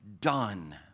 done